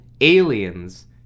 aliens